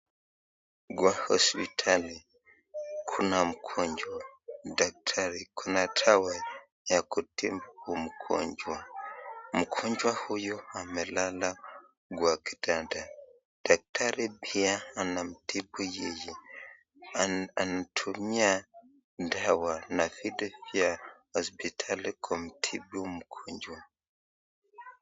Kwa hospitali kuna mgonjwa, daktari, kuna dawa ya kutibu mgonjwa. Mgonjwa huyu amelala kwa kitanda. Daktari pia anamtibu yeye. Anatumia dawa na vitu vya hospitali kumtibu mgonjwa.